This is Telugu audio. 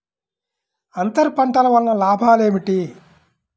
అంతర పంటల వలన లాభాలు ఏమిటి?